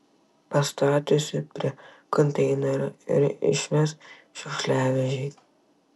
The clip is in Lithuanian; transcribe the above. pastatysiu prie konteinerio ir išveš šiukšliavežiai